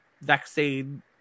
vaccine